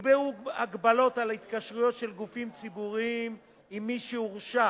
נקבעו הגבלות על התקשרויות של גופים ציבוריים עם מי שהורשע